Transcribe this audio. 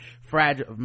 fragile